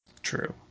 true